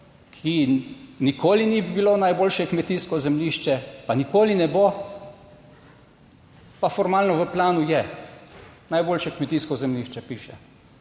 ni bilo najboljše kmetijsko zemljišče, pa nikoli ne bo, pa formalno v planu je najboljše kmetijsko zemljišče, piše.